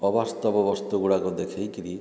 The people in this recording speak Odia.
ଅବାସ୍ତବ ବସ୍ତୁ ଗୁଡ଼ାକ ଦେଖାଇକିରି